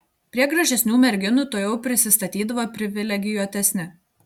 prie gražesnių merginų tuojau prisistatydavo privilegijuotesni